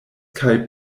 kaj